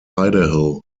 idaho